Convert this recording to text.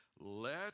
let